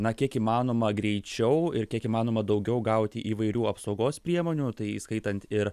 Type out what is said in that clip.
na kiek įmanoma greičiau ir kiek įmanoma daugiau gauti įvairių apsaugos priemonių tai įskaitant ir